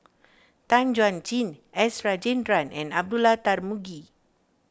Tan Chuan Jin S Rajendran and Abdullah Tarmugi